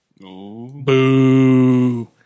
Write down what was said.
boo